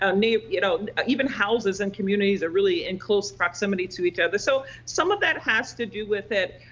i mean you know ah even houses and communities are really in close proximity to each other. so some of that has to do with it.